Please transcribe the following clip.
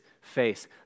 face